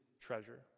treasure